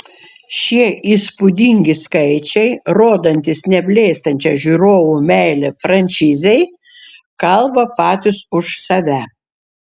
šie įspūdingi skaičiai rodantys neblėstančią žiūrovų meilę frančizei kalba patys už save